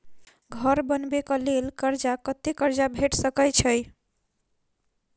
घर बनबे कऽ लेल कर्जा कत्ते कर्जा भेट सकय छई?